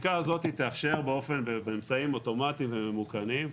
החקיקה הזאת תאפשר באמצעים אוטומטיים וממוכנים,